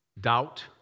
doubt